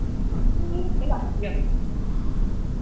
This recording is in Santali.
ᱦᱮᱸ ᱪᱟᱞᱟᱜ ᱠᱟᱱ ᱜᱮᱭᱟ ᱠᱚ